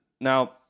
Now